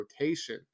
rotation